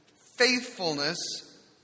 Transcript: faithfulness